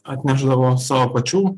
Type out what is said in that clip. atnešdavo savo pačių